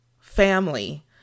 family